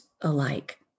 alike